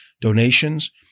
donations